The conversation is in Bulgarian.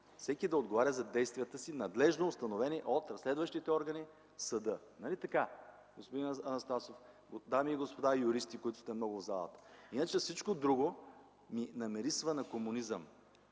всеки да отговаря за действията си, надлежно установени от разследващите органи, в съда. Нали така, господин Анастасов, дами и господа юристи, които сте много в залата? Иначе всичко друго ми намирисва на комунизъм.